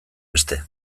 beste